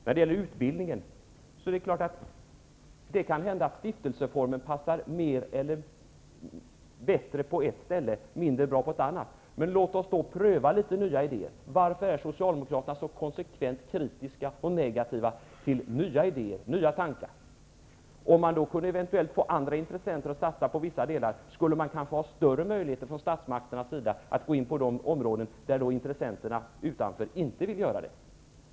Beträffande utbildningen kan det hända att stiftelseformen passar bättre på ett ställe och mindre bra på ett annat. Men låt oss då pröva nya idéer! Varför är Socialdemokraterna så konsekvent kritiska och negativa till nya tankar och idéer? Om man kunde få andra intressenter att satsa på vissa av dem, skulle statsmakterna kanske få större möjligheter att gå in på de områden som utomstående intressenter inte vill inrikta sig på.